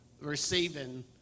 receiving